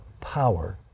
power